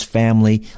family